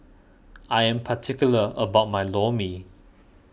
I am particular about my Lor Mee